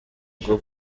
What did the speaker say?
bwo